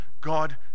God